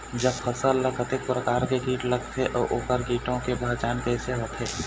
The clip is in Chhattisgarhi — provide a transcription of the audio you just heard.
जब फसल ला कतेक प्रकार के कीट लगथे अऊ ओकर कीटों के पहचान कैसे होथे?